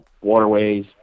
waterways